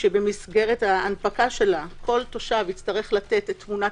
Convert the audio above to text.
שבמסגרת הנפקתה כל תושב יצטרך לתת את תמונת